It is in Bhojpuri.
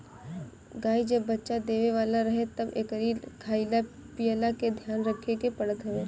गाई जब बच्चा देवे वाला रहे तब एकरी खाईला पियला के ध्यान रखे के पड़त हवे